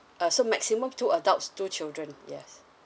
uh so maximum two adults two children yes